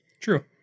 True